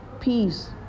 peace